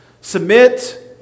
submit